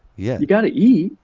yeah you gotta eat.